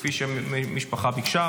כפי שהמשפחה ביקשה.